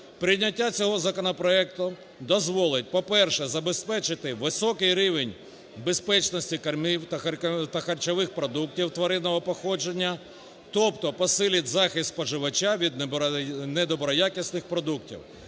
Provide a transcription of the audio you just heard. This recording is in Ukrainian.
Прийняття цього законопроекту дозволить, по-перше, забезпечити високий рівень безпечності кормів та харчових продуктів тваринного походження. Тобто посилить захист споживача від недоброякісних продуктів.